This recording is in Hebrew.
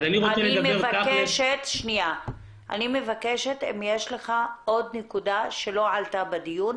אני מבקשת אם יש לך עוד נקודה שלא עלתה בדיון,